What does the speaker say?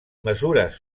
mesures